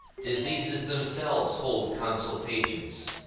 diseases themselves hold consultations,